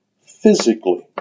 physically